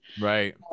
Right